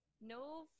no